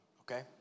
Okay